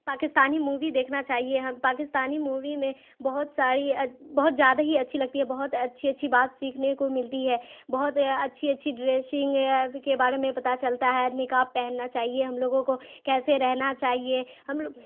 Pakistani movie دیکھنا چاہیے ہم پاکستانی مووی میں بہت ساری بہت زیادہ ہی اچھی لگتی ہے بہت اچھی اچھی بات سیکھنے کو ملتی ہے بہت اچھی اچھی ڈریشنگ کے بارے میں پتا چلتا ہے نقاب پہننا چاہیے ہم لوگوں کو کیسے رہنا چاہیے ہم لوگ